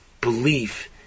belief